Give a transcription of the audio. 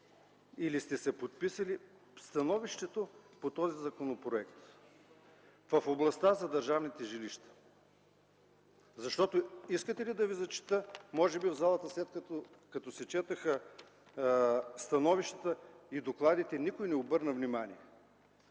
и сте подписали в становището по този законопроект, в областта за държавните жилище. Искате ли да ви зачета – в залата, след като се прочетоха становищата и докладите, никой не обърна внимание,